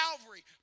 Calvary